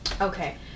Okay